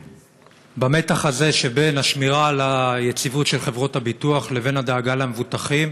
ובמתח הזה שבין השמירה על היציבות של חברות הביטוח לבין הדאגה למבוטחים,